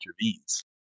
intervenes